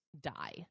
die